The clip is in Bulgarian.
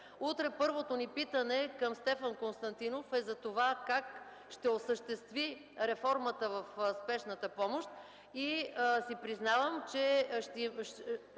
Утре първото ни питане към Стефан Константинов е за това как ще осъществи реформата в Спешната помощ. Признавам си, че ще